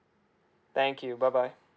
thank you bye bye